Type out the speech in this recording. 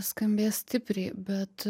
skambės stipriai bet